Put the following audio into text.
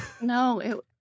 No